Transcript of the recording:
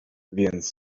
więc